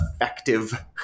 effective